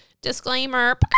Disclaimer